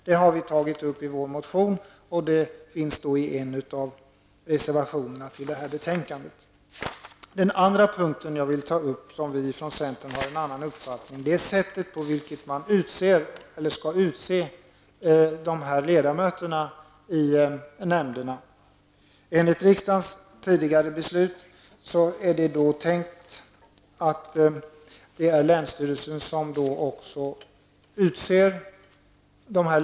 Detta har vi tagit upp i vår motion som följts upp i en reservation fogad till detta betänkande. Den andra punkt där vi från centern har en annan uppfattning är sättet på vilket ledamöterna i dessa nämnder skall utses. Enligt riksdagens tidigare beslut är det tänkt att det är länsstyrelsen som har att utse dessa ledamöter.